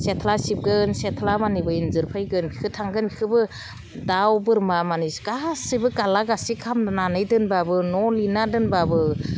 सिथ्ला सिबगोन सिथ्ला मानिबो एन्जर फैगोन बेखि थांगोन बैखिबो दाउ बोरमा मानि गासैबो गाला गासि खालामनानै दोनबाबो न' लिरना दोनबाबो